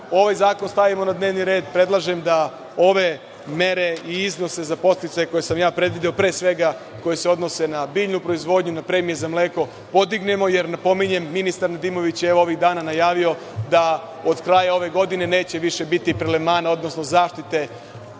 ovaj zakon stavimo na dnevni red. predlažem da ove mere i iznose za podsticaje koje sam ja predvideo, pre svega koji se odnose na biljnu proizvodnju, na premije za mleko, podignemo, jer, napominjem, ministar Nedimović je najavio da od kraja ove godine neće više biti zaštite